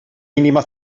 mínima